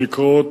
שנקראות: